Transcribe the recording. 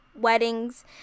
weddings